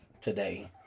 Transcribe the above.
Today